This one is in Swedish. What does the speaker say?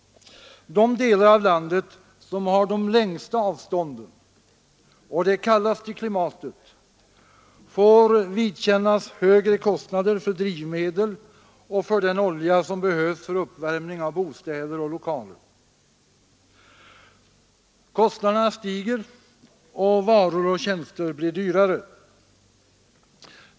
De delar av landet som har de längsta avstånden och det kallaste klimatet får vidkännas högre kostnader för drivmedel och för den olja som behövs för uppvärmning av bostäder och lokaler. Kostnaderna stiger och varor och tjänster blir dyrare.